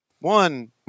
One